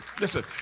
listen